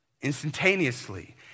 instantaneously